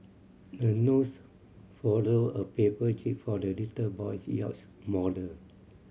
the nurse folded a paper jib for the little boy's yacht model